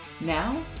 Now